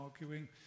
arguing